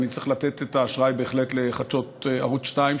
ואני בהחלט צריך לתת את האשראי לחדשות ערוץ 2,